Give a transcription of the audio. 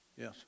Yes